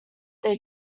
their